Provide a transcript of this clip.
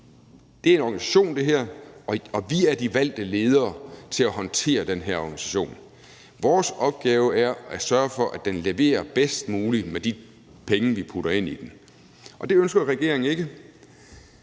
her er en organisation, og vi er de valgte ledere til at håndtere den her organisation, og vores opgave er at sørge for, at den leverer bedst muligt med de penge, vi putter ind i den, og det ønsker regeringen ikke.